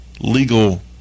legal